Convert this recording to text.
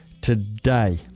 today